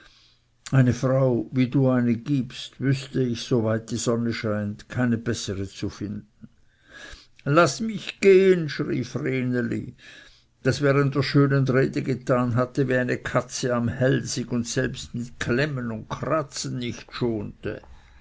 eine frau wie du eine gibst wüßte ich so weit die sonne scheint keine bessere zu finden laß mich gehen schrie vreneli das während der schönen rede getan hatte wie eine katze am hälsig und selbst mit klemmen und kratzen nicht schonte